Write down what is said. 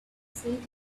set